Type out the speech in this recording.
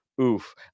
Oof